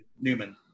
Newman